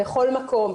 בכל מקום,